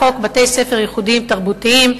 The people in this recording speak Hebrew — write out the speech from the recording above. חוק בתי-ספר ייחודיים-תרבותיים,